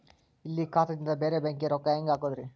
ಇಲ್ಲಿ ಖಾತಾದಿಂದ ಬೇರೆ ಬ್ಯಾಂಕಿಗೆ ರೊಕ್ಕ ಹೆಂಗ್ ಹಾಕೋದ್ರಿ?